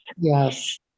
Yes